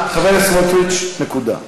מהושעיה אולי גם יצאו, תודה.